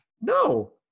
No